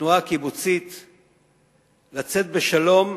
התנועה הקיבוצית כדי לצאת בשלום,